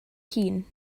hun